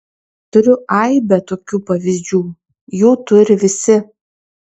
turiu aibę tokių pavyzdžių jų turi visi